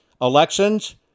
elections